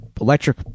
electric